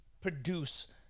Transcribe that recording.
produce—